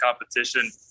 competition